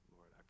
Lord